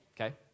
okay